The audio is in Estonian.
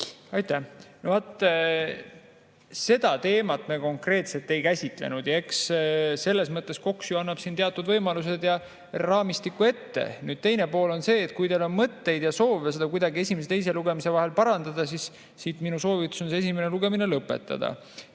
Aitäh! Vaat seda teemat me konkreetselt ei käsitlenud. Eks selles mõttes KOKS ju annab siin teatud võimalused ja raamistiku ette. Teine pool on see, et kui teil on mõtteid ja soove seda kuidagi esimese ja teise lugemise vahel parandada, siis minu soovitus on esimene lugemine lõpetada.